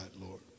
Lord